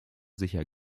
sicher